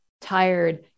tired